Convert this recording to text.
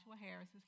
Harris